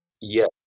Yes